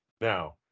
Now